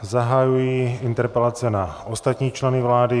Zahajuji interpelace na ostatní členy vlády.